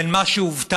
בין מה שהובטח